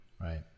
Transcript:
right